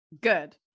Good